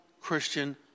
Christian